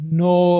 no